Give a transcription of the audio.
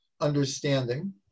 understanding